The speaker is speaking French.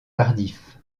tardif